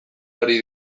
ari